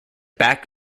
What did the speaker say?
back